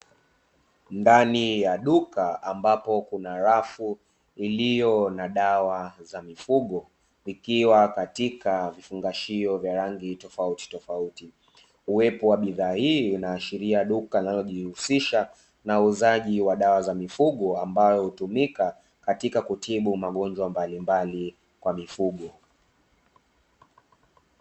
Ndani ya duka ambapo kuna rafu iliyo na dawa za mifugo vikiwa katika vifungashio vya rangi tofaututofauti, uwepo wa bidhaa hii inaashiria duka linalojihusisha na uuzaji wa dawa za mifugo ambayo hutumika katika kutibu magonjwa mbalimbali kwa mifugo.